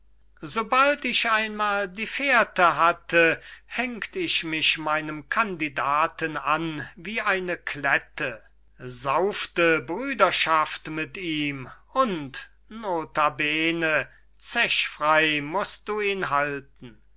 bald ich einmal die fährte hatte hängt ich mich meinem kandidaten an wie eine klette saufte brüderschaft mit ihm und notabene zechfrey must du ihn halten